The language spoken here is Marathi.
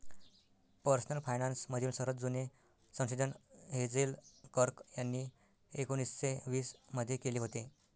पर्सनल फायनान्स मधील सर्वात जुने संशोधन हेझेल कर्क यांनी एकोन्निस्से वीस मध्ये केले होते